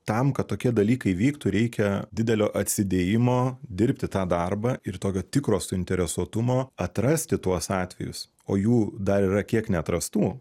tam kad tokie dalykai vyktų reikia didelio atsidėjimo dirbti tą darbą ir tokio tikro suinteresuotumo atrasti tuos atvejus o jų dar yra kiek neatrastų